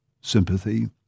sympathy